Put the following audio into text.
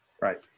Right